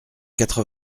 quatre